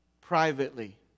Privately